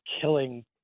killing